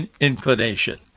inclination